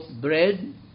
bread